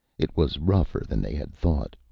it was rougher than they had thought.